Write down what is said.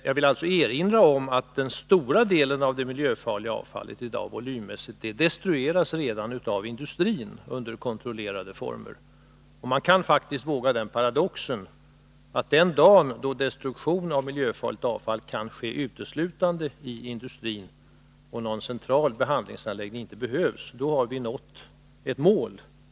Jag vill alltså erinra om att den stora delen volymmässigt av det miljöfarliga avfallet redan i dag destrueras av industrin i kontrollerade former. Och jag kan faktiskt våga mig på den paradoxen att den dag då destruktionen av miljöfarligt avfall kan ske uteslutande inom industrin och någon central behandlingsanläggning inte behövs, då har vi nått ett mål.